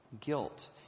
guilt